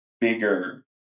bigger